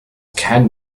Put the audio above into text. can